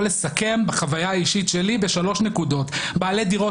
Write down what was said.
לסכם מהחוויה האישית שלי בשלוש נקודות: בעלי דירות